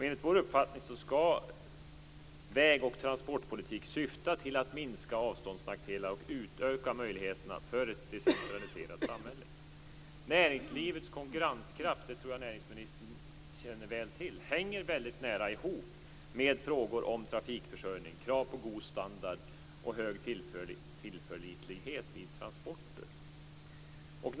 Enligt vår uppfattning skall väg och transportpolitik syfta till att minska avståndsnackdelar och utöka möjligheterna för ett decentraliserat samhälle. Näringslivets konkurrenskraft, det tror jag att näringsministern känner väl till, hänger väldigt nära ihop med frågor om trafikförsörjning, krav på god standard och hög tillförlitlighet vid transporter.